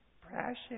Precious